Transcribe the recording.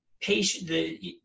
patient